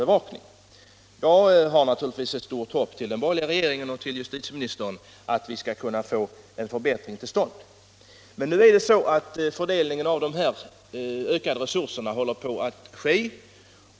Jag sätter naturligtvis stort hopp till den borgerliga regeringen och justitieministern när det gäller att vi skall kunna få en förbättring till stånd. Nu håller fördelningen av de ökade resurserna på att göras.